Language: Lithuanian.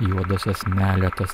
juodosios meletos